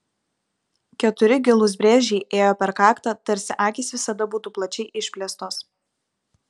keturi gilūs brėžiai ėjo per kaktą tarsi akys visada būtų plačiai išplėstos